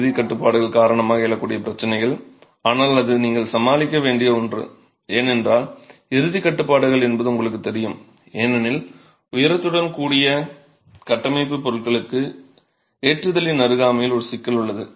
இறுதிக் கட்டுப்பாடுகள் காரணமாக எழக்கூடிய பிரச்சனைகள் ஆனால் அது நீங்கள் சமாளிக்க வேண்டிய ஒன்று ஏனென்றால் இறுதிக் கட்டுப்பாடுகள் என்பது உங்களுக்குத் தெரியும் ஏனெனில் உயரத்துடன் கூடிய கட்டமைப்புப் பொருட்களுக்கு ஏற்றுதலின் அருகாமையில் ஒரு சிக்கல் உள்ளது